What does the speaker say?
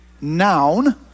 noun